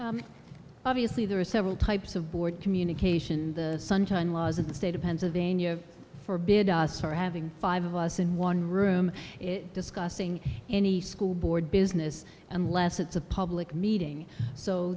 it obviously there are several types of board communication the sunshine laws of the state of pennsylvania for bid us are having five of us in one room it discussing any school board business unless it's a public meeting so